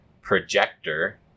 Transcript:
Projector